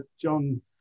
john